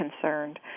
concerned